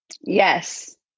Yes